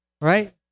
right